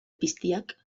piztiak